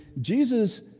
Jesus